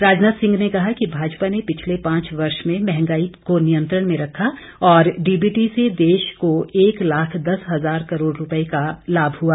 राजनाथ सिंह ने कहा कि भाजपा ने पिछले पांच वर्षों में महंगाई को नियंत्रण में रखा और डीबीटी से देश को एक लाख दस हजार करोड़ रुपए का लाभ हुआ